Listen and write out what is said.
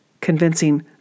convincing